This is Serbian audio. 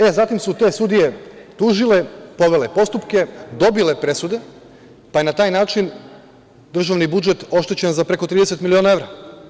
E, zatim su te sudije tužile, povele postupke, dobile presude, pa je na taj način državni budžet oštećen za preko 30 miliona evra.